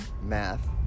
math